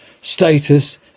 status